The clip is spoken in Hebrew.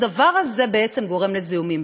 הדבר הזה בעצם גורם לזיהומים,